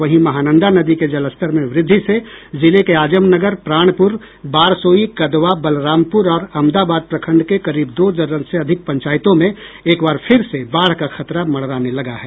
वहीं महानन्दा नदी के जलस्तर में व्रद्धि से जिले के आजमनगर प्राणपुर बारसोई कदवा बलरामपुर और अमदाबाद प्रखंड के करीब दो दर्जन से अधिक पंचायतों में एक बार फिर से बाढ़ का खतरा मंडराने लगा है